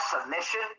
submission